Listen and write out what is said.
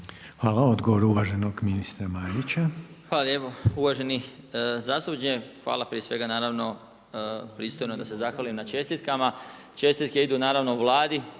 Hvala. Odgovor uvaženog ministra Marića. **Marić, Zdravko** Hvala lijepo. Uvaženi zastupniče, hvala prije svega naravno, pristojno je da se zahvalim na čestitkama. Čestitke idu naravno Vladi,